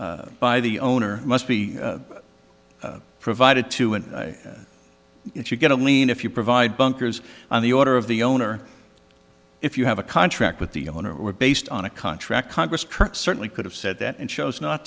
by by the owner must be provided to and if you get a lien if you provide bunkers on the order of the owner if you have a contract with the owner or based on a contract congress certainly could have said that and chose not